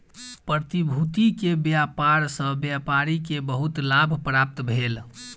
प्रतिभूति के व्यापार सॅ व्यापारी के बहुत लाभ प्राप्त भेल